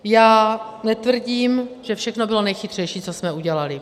Já netvrdím, že všechno bylo nejchytřejší, co jsme udělali.